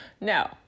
No